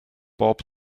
bob